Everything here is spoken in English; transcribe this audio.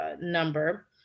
number